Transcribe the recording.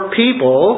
people